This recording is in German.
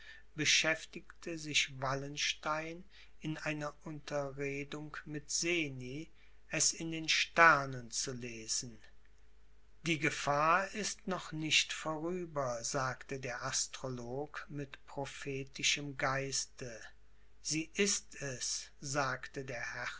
beschäftigte sich wallenstein in einer unterredung mit seni es in den sternen zu lesen die gefahr ist noch nicht vorüber sagte der astrolog mit prophetischem geiste sie ist es sagte der